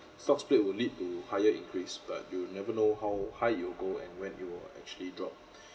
stock split will lead to higher increase but you will never know how high you will go and when you will actually drop